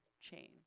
chain